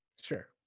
Sure